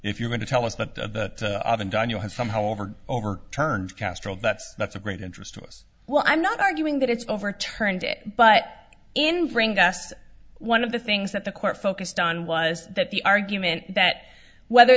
if you're going to tell us that the gun you have somehow over overturned castro that's that's of great interest to us well i'm not arguing that it's overturned it but in bringing us one of the things that the court focused on was that the argument that whether